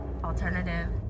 alternative